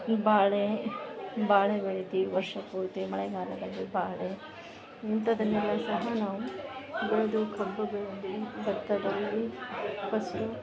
ಬಾಳೆ ಬಾಳೆ ಬೆಳಿತೀವಿ ವರ್ಷ ಪೂರ್ತಿ ಮಳೆಗಾಲದಲ್ಲಿ ಬಾಳೆ ಇಂಥದನೆಲ್ಲ ಸಹ ನಾವು ಬೆಳೆದು ಕಬ್ಬು ಬೆಳೆದು ಭತ್ತದಲ್ಲಿ ಫಸ್ಟು